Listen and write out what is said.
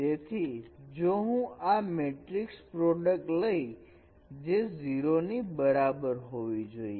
તેથી જો હું આ મેટ્રિક પ્રોડક્ટ લઈ જે 0 ની બરાબર હોવી જોઈએ